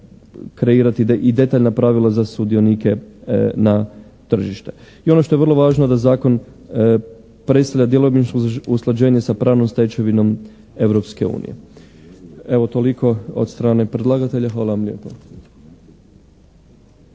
kreirati i detaljna pravila za sudionike na tržištu. I ono što je vrlo važno da zakon predstavlja djelomično usklađenje sa pravnom stečevinom Europske unije. Evo toliko od strane predlagatelja. Hvala vam lijepo.